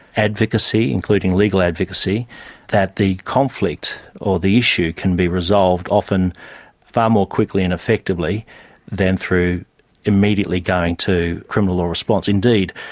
advocacy, including legal advocacy that the conflict or the issue can be resolved often far more quickly and effectively than through immediately going to criminal law response. indeed,